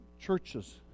churches